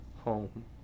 Home